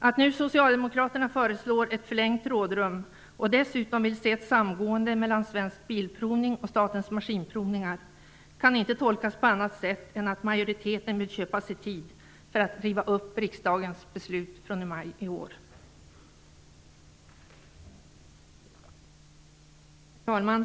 Att nu socialdemokraterna föreslår ett förlängt rådrum och dessutom vill se ett samgående mellan Svensk Bilprovning och Statens maskinprovningar kan inte tolkas på annat sätt än att majoriteten vill köpa sig tid för att riva upp riksdagens beslut från i våras.